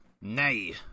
Nay